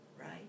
right